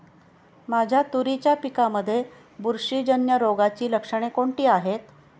माझ्या तुरीच्या पिकामध्ये बुरशीजन्य रोगाची लक्षणे कोणती आहेत?